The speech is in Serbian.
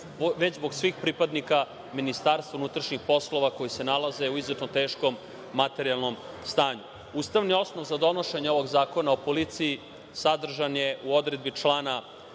već zbog svih pripadnika MUP, koji se nalaze u izuzetno teškom materijalnom stanju. Ustavni osnov za donošenje ovog zakona o policiji sadržan je u odredbi člana